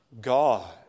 God